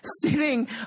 sitting